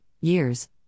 years